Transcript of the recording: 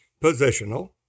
positional